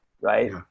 right